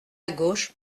gauche